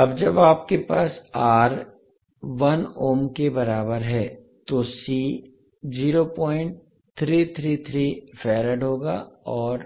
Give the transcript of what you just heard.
अब जब आपके पास R 1 ओम के बराबर है तो C 0333 फैराड होगा और